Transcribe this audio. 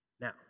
Now